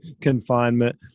confinement